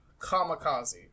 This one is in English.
kamikaze